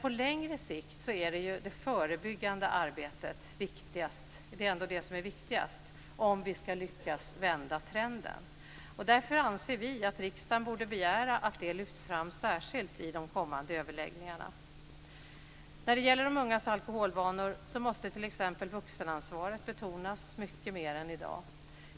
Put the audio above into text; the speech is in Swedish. På längre sikt är det ändå det förebyggande arbetet som är viktigast om vi ska lyckas vända trenden. Därför anser vi att riksdagen borde begära att det lyfts fram särskilt i de kommande överläggningarna. När det gäller de ungas alkoholvanor måste t.ex. vuxenansvaret betonas mycket mer än i dag.